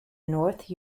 north